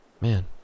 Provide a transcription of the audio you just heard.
man